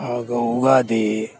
ಹಾಗು ಯುಗಾದಿ